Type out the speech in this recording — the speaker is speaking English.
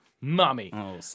Mommy